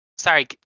Sorry